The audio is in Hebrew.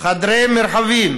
יוקצו מרחבים